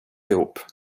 ihop